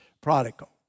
prodigal